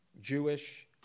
Jewish